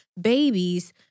babies